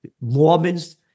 Mormons